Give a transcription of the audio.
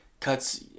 cuts